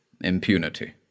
impunity